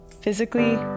physically